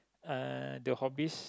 uh the hobbies